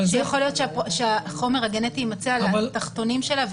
יכול להיות שהחומר הגנטי יימצא על התחתונים שלה,